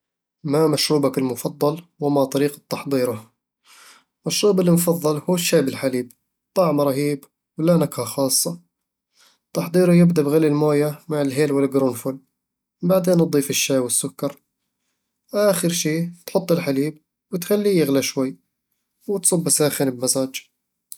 ما مشروبك المفضل، وما طريقة تحضيره؟ مشروبي المفضل هو الشاي بالحليب، طعمه رهيب وله نكهة خاصة تحضيره يبدأ بغلي الموية مع الهيل والقرنفل، بعدين تضيف الشاي والسكر آخر شي تحط الحليب وتخليه يغلي شوي، وتصبه ساخن بمزاج